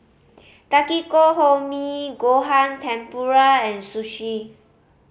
Takikomi Gohan Tempura and Sushi